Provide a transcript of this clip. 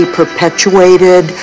perpetuated